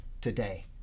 today